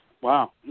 Wow